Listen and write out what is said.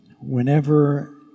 whenever